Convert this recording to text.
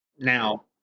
Now